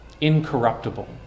incorruptible